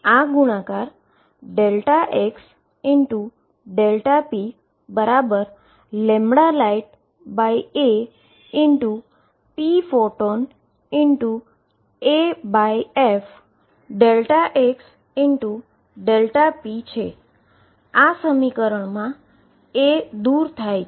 આ ગુણાકાર ΔxΔplightapphotonaf ΔxΔp છે આ સમીકરણમા a દુર થાય છે